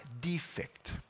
defect